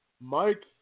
Mike